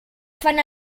fan